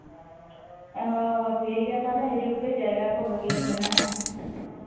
ᱚ ᱴᱷᱤᱠ ᱜᱮᱭᱟ ᱛᱟᱦᱞᱮ ᱦᱤᱡᱩᱜ ᱯᱮ ᱡᱟᱭᱜᱟ ᱠᱚ ᱵᱷᱟᱹᱜᱤ ᱜᱮ ᱢᱮᱱᱟᱜᱼᱟ